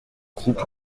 groupe